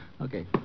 Okay